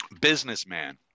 businessman